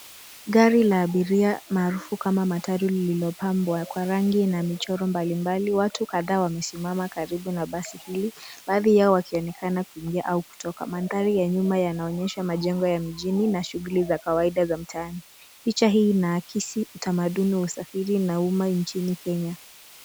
Gari la abiria maarufu kama matatu lililopambwa kwa rangi na michoro mbalimbali, watu kadhaa wamesimama karibu na basi hili. Baadhi yao wakionekana kuingia au kutoka. Mandhari ya nyuma yanaonyesha majengo ya mjini na shughuli za kawaida za mtaani. Picha hii inaakisi utamaduni wa usafiri na umma nchini Kenya.